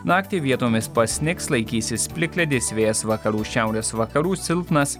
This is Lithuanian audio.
naktį vietomis pasnigs laikysis plikledis vėjas vakarų šiaurės vakarų silpnas